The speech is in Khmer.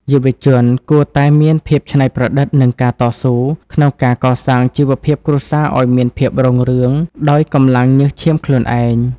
យុវជនគួរតែ "មានភាពច្នៃប្រឌិត និងការតស៊ូ" ក្នុងការកសាងជីវភាពគ្រួសារឱ្យមានភាពរុងរឿងដោយកម្លាំងញើសឈាមខ្លួនឯង។